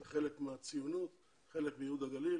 זה חלק מהציונות, חלק מייהוד הגליל